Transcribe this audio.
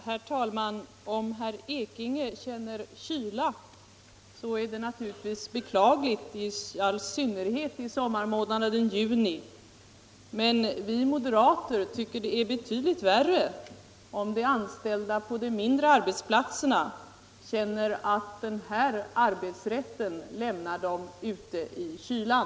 Herr talman! Om herr Ekinge känner kyla, så är det naturligtvis beklagligt, i all synnerhet i sommarmånaden juni. Men vi moderater tycker det är betydligt värre om de anställda på de mindre arbetsplatserna känner att den här arbetsrätten lämnar dem ute i kylan.